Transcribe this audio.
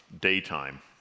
daytime